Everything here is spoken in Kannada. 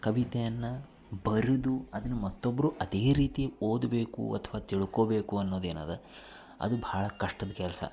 ಕವಿತೆಯನ್ನು ಬರೆದು ಅದನ್ನು ಮತ್ತೊಬ್ಬರು ಅದೇ ರೀತಿ ಓದಬೇಕು ಅಥವಾ ತಿಳ್ಕೊಬೇಕು ಅನ್ನೋದೇನದ ಅದು ಭಾಳ ಕಷ್ಟದ ಕೆಲಸ